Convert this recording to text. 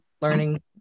learning